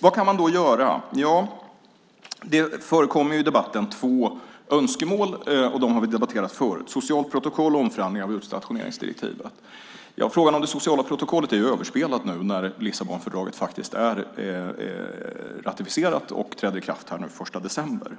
Vad kan man då göra? Det förekom i debatten två önskemål, och dem har vi debatterat förut. Sociala protokoll och omförhandlingar av utstationeringsdirektivet. Frågan om det sociala protokollet är överspelad nu när Lissabonfördraget faktiskt är ratificerat och träder i kraft den 1 december.